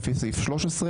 לפי סעיף 13,